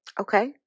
Okay